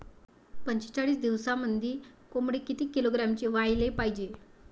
पंचेचाळीस दिवसामंदी कोंबडी किती किलोग्रॅमची व्हायले पाहीजे?